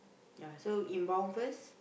ya so inbound first